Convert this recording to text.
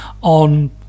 on